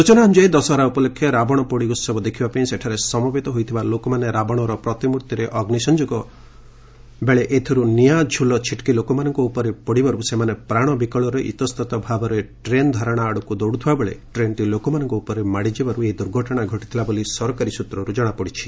ସ୍ବଚନା ଅନୁଯାୟୀ ଦଶହରା ଉପଲକ୍ଷେ ରାବଣପୋଡ଼ି ଉତ୍ସବ ଦେଖିବା ପାଇଁ ସେଠାରେ ସମବେତ ହୋଇଥିବା ରଲୋକମାନେ ରାବଣର ପ୍ରତିମୂର୍ତ୍ତିରେ ଅଗ୍ନି ସଂଯୋଗ ବେଳେ ଏଥିରୁ ନିଆଁ ଝୁଲ ଛିଟିକି ଲୋକମାନଙ୍କ ଉପରେ ପଡ଼ିବାରୁ ସେମାନେ ପ୍ରାଶ ବିକଳରେ ଇତଃସ୍ତତ ଭାବରେ ରେଳଧାରଣା ଆଡ଼କୁ ଦୌଡୁଥିବା ବେଳେ ଟ୍ରେନ୍ଟି ଲୋକମାନଙ୍କ ଉପରେ ମାଡ଼ିଯିବାରୁ ଏହି ଦୁର୍ଘଟଣା ଘଟିଥିଲା ବୋଲି ସରକାରୀ ସୂତ୍ରରୁ ଜଣାପଡ଼ିଛି